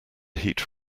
heat